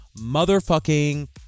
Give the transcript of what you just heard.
motherfucking